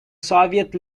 soviet